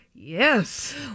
Yes